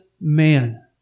man